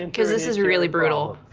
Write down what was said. and cause this is really brutal.